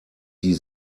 die